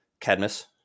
Cadmus